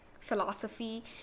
Philosophy